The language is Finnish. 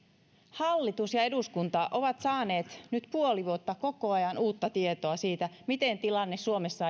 hallitus ja eduskunta ovat saaneet nyt puoli vuotta koko ajan uutta tietoa siitä miten tilanne suomessa